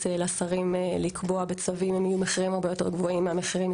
לשרים לקבוע בצווים יהיו מחירים הרבה יותר גבוהים מהמחירים